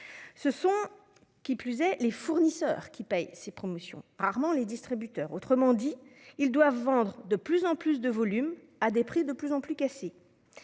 Ce sont les fournisseurs qui financent ces promotions, rarement les distributeurs. Autrement dit, ils doivent vendre de plus en plus de volume à des prix de plus en plus cassés.